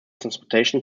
transportation